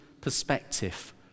perspective